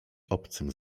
obcym